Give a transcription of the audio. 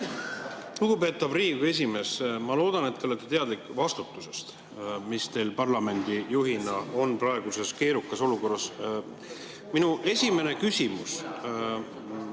Lugupeetav Riigikogu esimees! Ma loodan, et te olete teadlik vastutusest, mis teil parlamendi juhina praeguses keerukas olukorras on. Minu esimene küsimus